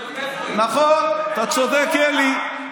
אנחנו לא יודעים איפה היא.